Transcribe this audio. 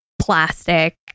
plastic